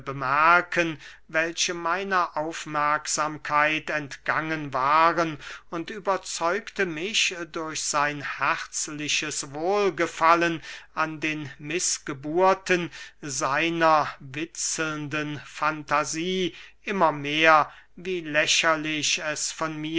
bemerken welche meiner aufmerksamkeit entgangen waren und überzeugte mich durch sein herzliches wohlgefallen an den mißgeburten seiner witzelnden fantasie immer mehr wie lächerlich es von